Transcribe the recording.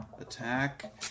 attack